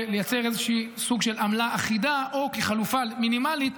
ולייצר סוג של עמלה אחידה או כחלופה מינימלית,